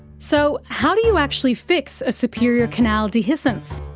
so how do you actually fix a superior canal dehiscence?